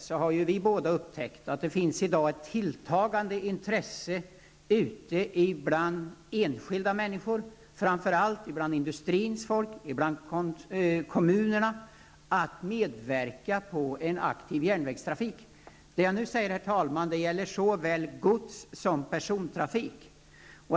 Vi har båda upptäckt att det i dag finns ett tilltagande intresse ute bland enskilda människor, framför allt bland industrins folk, och kommunerna, att medverka till en aktiv järnvägspolitik. Det jag nu säger, herr talman, gäller såväl gods som persontrafik.